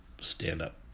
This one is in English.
stand-up